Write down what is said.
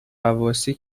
غواصی